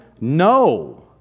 No